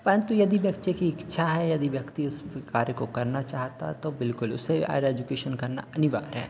परन्तु यदि बच्चे की इच्छा है यदि व्यक्ति ये कार्य को करना चाहता है तो बिलकुल उसे हाईयर एजुकेशन करना अनिवार्य है